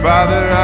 Father